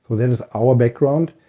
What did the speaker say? that is our background.